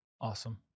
awesome